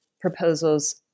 proposals